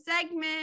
segment